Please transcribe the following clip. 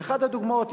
ואחת הדוגמאות,